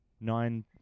Nine